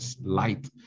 light